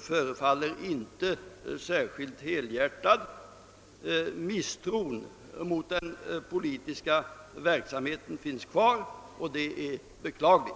förefaller emellertid inte särskilt helhjärtad. Misstron mot den politiska verksamheten finns kvar, och det är beklagligt.